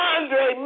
Andre